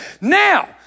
Now